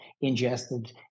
ingested